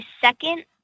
second